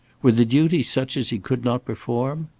were the duties such as he could not perform?